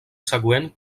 següent